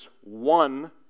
one